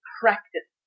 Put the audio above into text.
practice